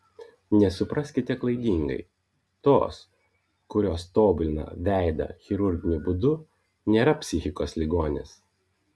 nesupraskite klaidingai tos kurios tobulina veidą chirurginiu būdu nėra psichikos ligonės